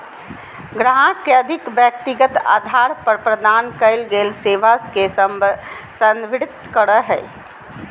ग्राहक के अधिक व्यक्तिगत अधार पर प्रदान कइल गेल सेवा के संदर्भित करो हइ